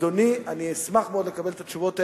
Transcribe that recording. אדוני, אני אשמח מאוד לקבל את התשובות האלה.